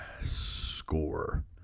score